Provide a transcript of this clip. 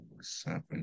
seven